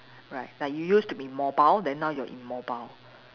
right like you used to be mobile then now you're immobile